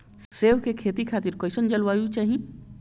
सेब के खेती खातिर कइसन जलवायु चाही?